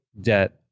debt